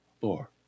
four